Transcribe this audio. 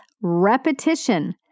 repetition